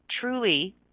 truly